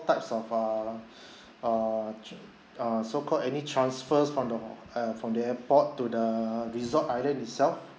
types of uh uh tr~ uh so called any transfers from the uh from the airport to the resort island itself